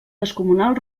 descomunal